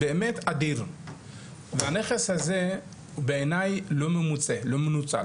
באמת אדיר והנכס הזה בעיניי לא ממוצה, לא מנוצל